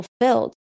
fulfilled